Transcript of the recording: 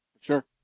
sure